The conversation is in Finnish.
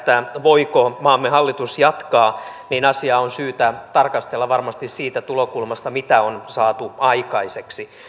voiko maamme hallitus jatkaa niin asiaa on varmasti syytä tarkastella siitä tulokulmasta mitä on saatu aikaiseksi